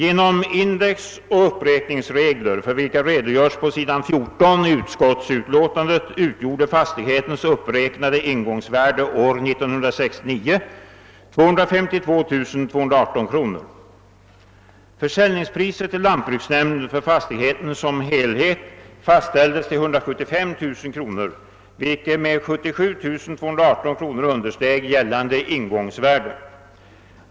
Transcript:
Enligt indexoch uppräkningsregler, för vilka redogörs på s. 14 i utskottsbetänkandet, utgjorde fastighetens uppräknade ingångsvärde år 1969 252 218 kronor. Försäljningspriset till lantbruksnämnden för fastigheten som helhet fastställdes till 175 000 kronor, vilket med 77 218 kronor understeg gäl lande ingångsvärde.